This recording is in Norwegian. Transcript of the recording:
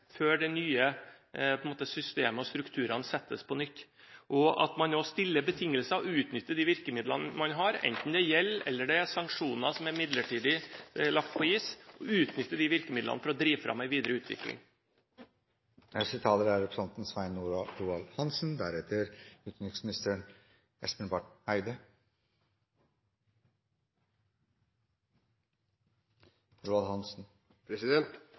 før det nye systemet og de nye strukturene settes på nytt. Man bør nå stille betingelser og utnytte virkemidlene man har – enten det er gjeld eller sanksjoner som midlertidig er lagt på is – for å drive fram en videre utvikling. Denne debatten har bekreftet den brede oppslutning som det er om den politiske linjen som utenriksministeren